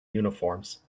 uniforms